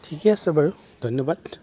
ঠিকেই আছে বাৰু ধন্যবাদ